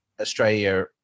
Australia